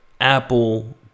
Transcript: Apple